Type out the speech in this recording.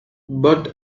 but